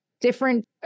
different